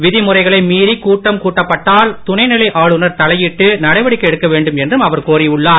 விதிமுறைகளை மீறிக் கூட்டம் கூட்டப்பட்டால் துணை நிலை ஆளுநர் தலையிட்டு நடவடிக்கை எடுக்க வேண்டும் என்றும் அவர் கோரி உள்ளார்